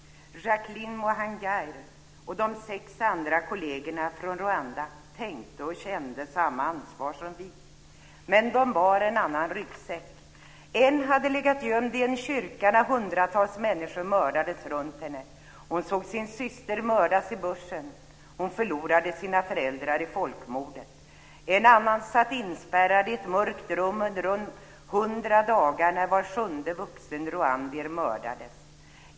Rwanda tänkte och kände samma ansvar som vi, men de bar en annan ryggsäck. En hade legat gömd i en kyrka när hundratals människor mördades runtom henne. Hon såg sin syster mördas i bushen och förlorade sina föräldrar i folkmordet. En annan satt inspärrad i ett mörkt rum under de hundra dagar då var sjunde vuxen rwandier mördades.